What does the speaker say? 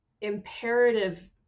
imperative